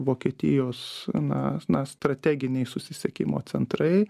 vokietijos na na strateginiai susisiekimo centrai